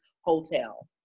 hotel